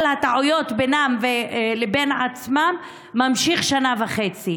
הטעויות בינם לבין עצמם ממשיכים שנה וחצי.